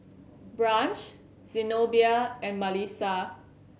Branch Zenobia and Malissa